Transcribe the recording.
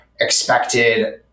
expected